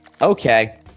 Okay